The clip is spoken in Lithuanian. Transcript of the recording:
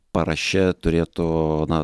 paraše turėtų na